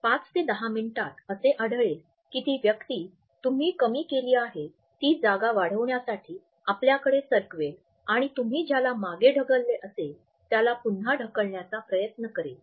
५ ते १० मिनिटात असे आढळेल की ती व्यक्ती तुम्ही कमी केली आहे ती जागा वाढवण्यासाठी आपल्याकडे सरकवेल आणि तुम्ही ज्याला मागे ढकलले असेल त्याला पुन्हा ढकलण्याचा प्रयत्न करेल